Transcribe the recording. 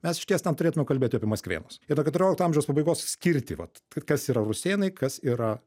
mes išties ten turėtume kalbėti apie maskvėnus ir nuo keturiolikto amžiaus pabaigos skirti vat kas yra rusėnai kas yra